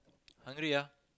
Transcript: hungry ah